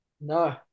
No